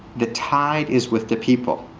the tide is with the people.